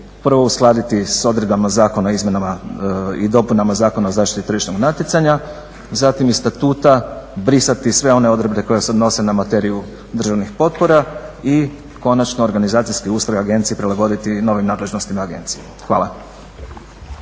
prvo uskladiti sa odredbama Zakona o izmjenama i dopunama Zakona o zaštiti tržišnog natjecanja. Zatim iz Statuta brisati sve one odredbe koje se odnose na materiju državnih potpora i konačno organizacijski ustroj Agencije prilagoditi novim nadležnostima agencije. Hvala.